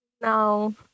No